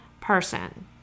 person